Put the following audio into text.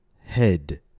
head